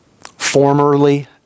formerly